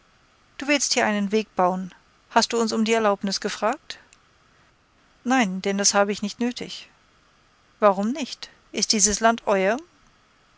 du willst hier einen weg bauen hast du uns um die erlaubnis gefragt nein denn das habe ich nicht nötig warum nicht ist dieses land euer